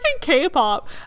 K-pop